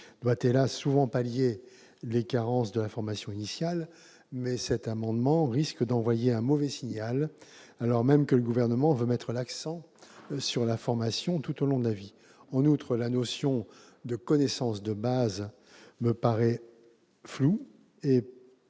doit, hélas, souvent pallier les carences de la formation initiale, mais cet amendement risque d'envoyer un mauvais signal, alors même que le Gouvernement veut mettre l'accent sur la formation tout au long de la vie. En outre, la notion de « connaissances de base » me paraît floue et